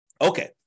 Okay